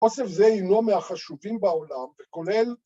אוסף זה הינו מהחשובים בעולם, ‫וכולל...